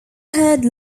third